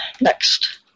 next